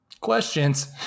questions